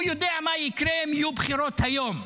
הוא יודע מה יקרה אם יהיו בחירות היום,